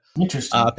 interesting